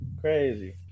Crazy